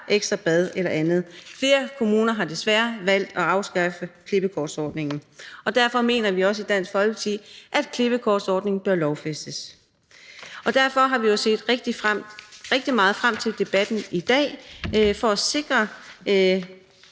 ekstra bad eller andet. Flere kommuner har desværre valgt at afskaffe klippekortsordningen, og derfor mener vi i Dansk Folkeparti også, at klippekortsordningen bør lovfæstes. Derfor har vi jo set rigtig meget frem til debatten i dag, altså for at sikre